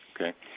Okay